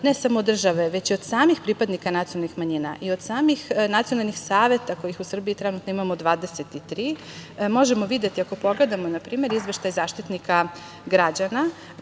ne samo od države, već i od samih pripadnika nacionalnih manjina i od samih nacionalnih saveta, kojih u Srbiji trenutno imamo 23, možemo videti ako pogledamo, na primer, izveštaj Zaštitnika građana,